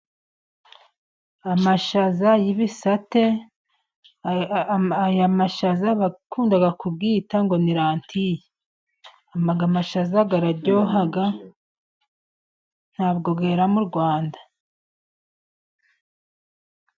Amashaza y'ibisate .Aya mashaza bakunda kuyita ngo ni rantiye .Aya mashaza araryoha, ntabwo yera mu Rwanda.